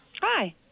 hi